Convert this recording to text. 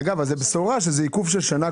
אגב, זו בשורה שזה עיכוב של שנה.